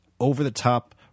over-the-top